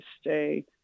stay